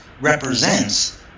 represents